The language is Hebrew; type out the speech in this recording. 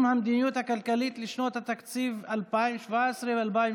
המדיניות הכלכלית לשנות התקציב 2017 ו-2018)